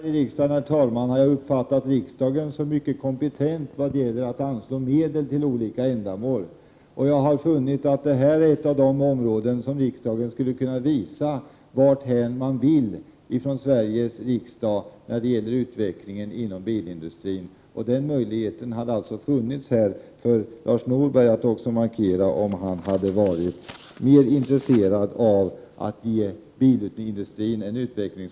Herr talman! Trots min korta tid här i riksdagen har jag uppfattat riksdagen som mycket kompetent när det gäller att anslå medel till olika ändamål. Jag har funnit att detta är ett av de områden där riksdagen skulle kunnä visa åt vilket håll man vill att utvecklingen inom bilindustrin skall gå. Lars Norberg hade också här tillfälle att markera sin vilja att ge bilindustrin möjligheter till utveckling.